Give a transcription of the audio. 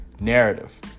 narrative